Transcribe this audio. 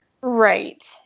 Right